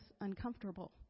uncomfortable